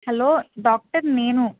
hello doctor నేను